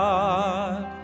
God